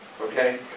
okay